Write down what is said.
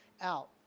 out